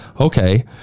Okay